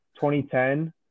2010